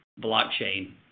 blockchain